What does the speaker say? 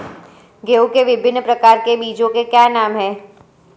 गेहूँ के विभिन्न प्रकार के बीजों के क्या नाम हैं?